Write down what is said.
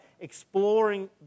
exploring